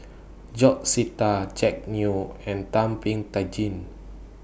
George Sita Jack Neo and Thum Ping Tjin